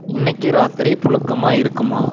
இன்றைக்கி இராத்திரி புழுக்கமாக இருக்குமா